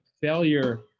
failure